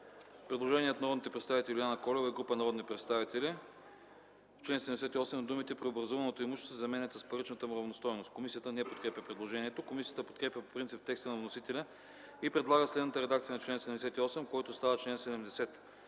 предложение от Юлиана Колева и група народни представители – в чл. 78 думите „преобразуваното имущество” се заменят с „паричната му равностойност”. Комисията не подкрепя предложението. Комисията подкрепя по принцип текста на вносителя и предлага следната редакция на чл. 78, който става чл. 70: